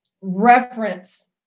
reference